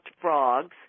frogs